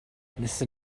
wnaethon